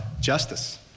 justice